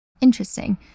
interesting